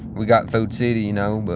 we've got food city, you know,